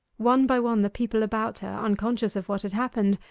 one by one the people about her, unconscious of what had happened,